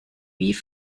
wie